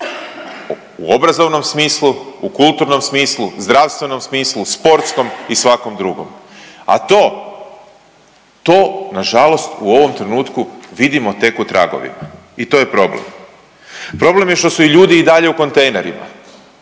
u obrazovnom smislu, u kulturnom smislu, zdravstvenom smislu, sportskom i svakom drugom, a to, to nažalost u ovom trenutku vidimo tek u tragovima i to je problem. Problem je što su i ljudi i dalje u kontejnerima,